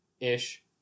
ish